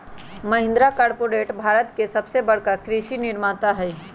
Mahindra corporate Bharat के सबसे बड़का कृषि निर्माता हई